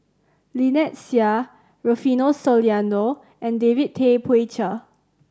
Lynnette Seah Rufino Soliano and David Tay Poey Cher